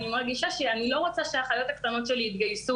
אני מרגישה שאני לא רוצה שהאחיות הקטנות שלי יתגייסו.